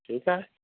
ठीकु आहे